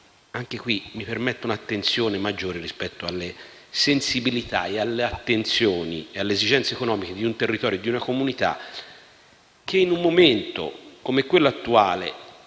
e di sollecitare un'attenzione maggiore rispetto alle sensibilità e alle esigenze economiche di un territorio e di una comunità che, in un momento come quello attuale,